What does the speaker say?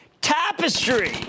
Tapestry